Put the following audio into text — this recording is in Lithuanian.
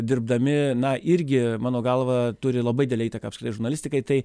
dirbdami na irgi mano galva turi labai didelę įtaką apskritai žurnalistikai tai